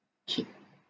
shit